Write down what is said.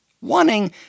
Wanting